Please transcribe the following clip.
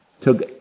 Took